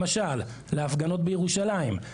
למשל: להפגנות בירושלים,